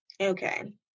okay